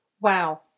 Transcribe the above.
Wow